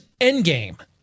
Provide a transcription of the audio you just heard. Endgame